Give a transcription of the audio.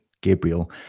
Gabriel